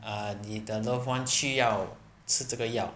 err 你的 loved one 需要吃这个药